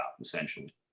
essentially